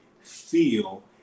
feel